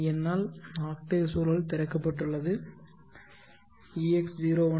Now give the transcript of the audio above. என்னால் ஆக்டேவ் சூழல் திறக்கப்பட்டுள்ளது ex01